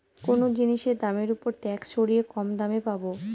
কোনো জিনিসের দামের ওপর ট্যাক্স সরিয়ে কম দামে পাবো